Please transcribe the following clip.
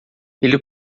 ele